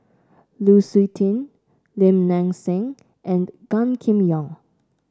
Lu Suitin Lim Nang Seng and Gan Kim Yong